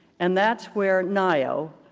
and that's where nayo,